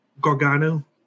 Gargano